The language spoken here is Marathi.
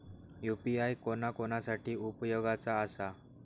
यू.पी.आय कोणा कोणा साठी उपयोगाचा आसा?